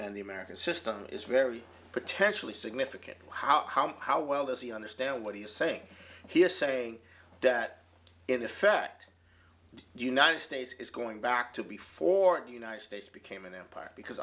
and the american system is very potentially significant how how how well does he understand what he is saying he is saying that in effect united states is going back to before the united states became an empire because